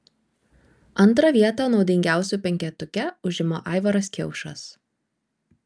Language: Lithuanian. antrą vietą naudingiausių penketuke užima aivaras kiaušas